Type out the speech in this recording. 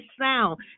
sound